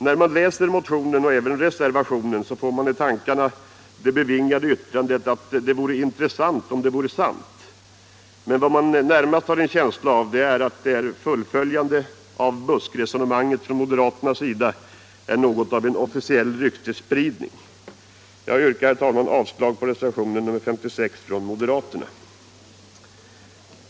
När man läser motionen och även reservationen får man i tankarna det bevingade yttrandet att det vore intressant, om det vore sant. Men vad man närmast har en känsla av är att ett fullföljande av moderaternas buskresonemang vore något av en officiell ryktesspridning. Jag yrkar herr talman, avslag på den moderata reservationen 56.